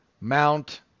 Mount